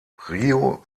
rio